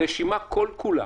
הרשימה כל כולה,